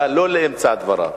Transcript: לא באמצע דבריו.